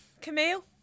Camille